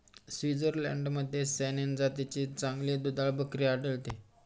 स्वित्झर्लंडमध्ये सॅनेन जातीची चांगली दुधाळ बकरी आढळते